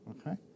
okay